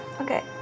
Okay